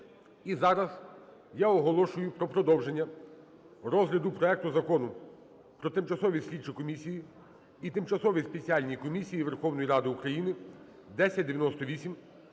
І зараз я оголошую про продовження розгляду проекту Закону про тимчасові слідчі комісії і тимчасові спеціальні комісії Верховної Ради України (1098).